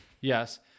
Yes